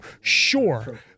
Sure